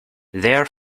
there